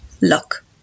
Look